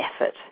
effort